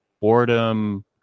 boredom